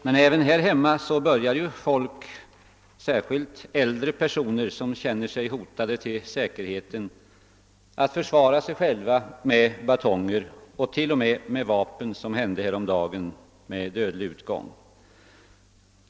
Men även här i Sverige börjar människorna, särskilt äldre personer som känner sin säkerhet hotad, att försvara sig själva med batonger och t.o.m. med vapen, vilket häromdagen hände med dödlig utgång.